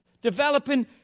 Developing